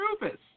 Rufus